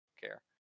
care